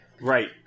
Right